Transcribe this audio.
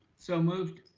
so moved.